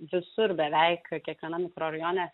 visur beveik kiekvienam mikrorajone